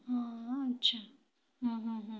ହଁ ଆଚ୍ଛା ହୁଁ ହୁଁ ହୁଁ